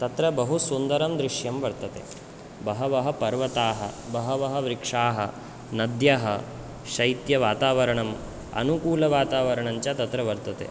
तत्र बहु सुन्दरं दृश्यं वर्तते बहवः पर्वताः बहवः वृक्षाः नद्यः शैत्यवातावरणम् अनुकूलवातावरणञ्च तत्र वर्तते